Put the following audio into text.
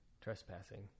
Trespassing